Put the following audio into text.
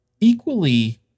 equally